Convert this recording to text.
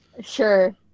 sure